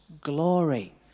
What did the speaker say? glory